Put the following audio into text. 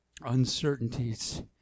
uncertainties